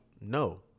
No